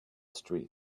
street